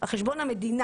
על חשבון המדינה.